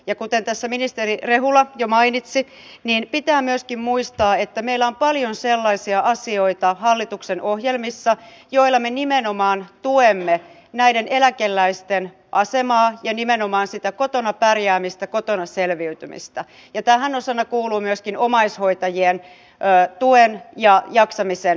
ja kuten tässä ministeri rehula jo mainitsi pitää myöskin muistaa että meillä on paljon sellaisia asioita hallituksen ohjelmissa joilla me nimenomaan tuemme näiden eläkeläisten asemaa ja nimenomaan sitä kotona pärjäämistä kotona selviytymistä ja tähän osana kuuluu myöskin omaishoitajien tuen ja jaksamisen lisääminen